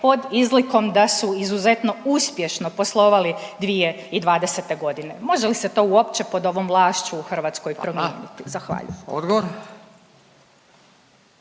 pod izlikom da su izuzetno uspješno poslovali 2020. godine. Može li se to uopće pod ovom vlašću u Hrvatskoj promijeniti. …/Upadica